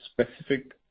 specific